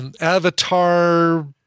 avatar